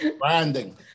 Branding